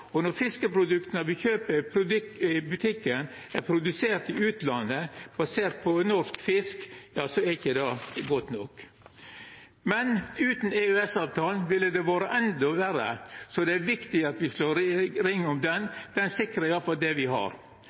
Når fiskeprodukta me kjøper i butikken, er produserte i utlandet, basert på norsk fisk, er ikkje det godt nok. Men utan EØS-avtalen ville det ha vore endå verre. Så det er viktig at me slår ring om han. Han sikrar iallfall det me har.